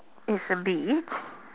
it's a beach